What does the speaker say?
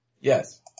Yes